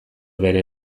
bere